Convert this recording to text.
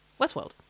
Westworld